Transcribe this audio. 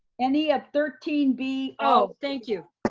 any of thirteen b? oh, thank you.